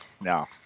No